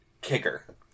kicker